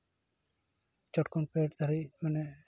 ᱪᱚᱴ ᱠᱷᱚᱱ ᱯᱷᱮᱰ ᱫᱷᱟᱹᱵᱤᱡ ᱢᱟᱱᱮ